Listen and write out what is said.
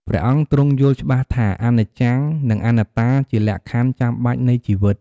ព្រះអង្គទ្រង់យល់ច្បាស់ថា អនិច្ចំ និងអនត្តាជាលក្ខខណ្ឌចាំបាច់នៃជីវិត។